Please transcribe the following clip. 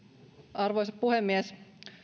arvoisa puhemies